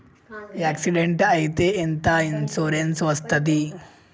Accident అయితే ఎంత insurance వస్తది?